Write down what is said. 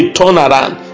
turnaround